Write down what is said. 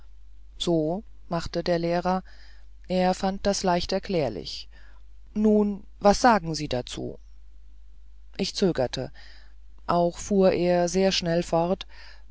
so machte der lehrer er fand das leicht erklärlich nun was sagen sie dazu ich zögerte auch fuhr er sehr schnell fort